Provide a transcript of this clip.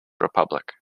republic